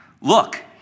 look